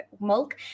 milk